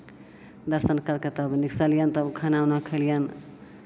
दर्शन करि कऽ तब ओन्नऽ सँ एलियनि तब खाना उना खेलियनि